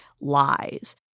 lies